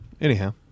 Anyhow